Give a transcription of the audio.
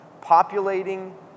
populating